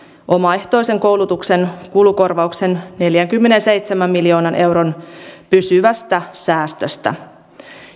omaehtoisen koulutuksen kulukorvauksen neljänkymmenenseitsemän miljoonan euron pysyvästä säästöstä